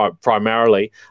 primarily